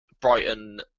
Brighton